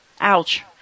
Ouch